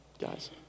guys